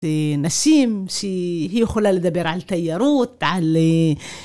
נשים שהיא יכולה לדבר על תיירות, על.